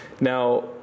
Now